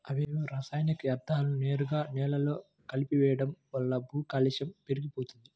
అవేవో రసాయనిక యర్థాలను నేరుగా నేలలో కలిపెయ్యడం వల్ల భూకాలుష్యం పెరిగిపోతంది